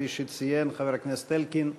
כפי שציין חבר הכנסת אלקין,